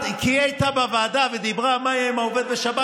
היא הייתה בוועדה ודיברה על מה יהיה עם עובד בשבת.